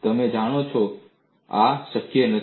તમે જાણો છો આ શક્ય નથી